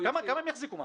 כמה הם יחזיקו מעמד?